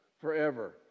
Forever